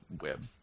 web